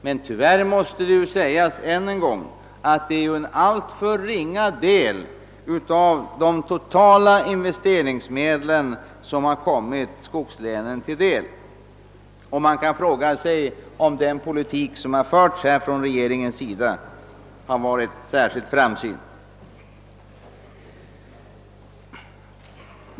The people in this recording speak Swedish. Men tyvärr måste det sägas, att det är en alltför ringa del av de totala investeringsmedlen som kommit skogslänen till del, och man kan fråga sig om den politik regeringen fört på området varit särskilt framsynt.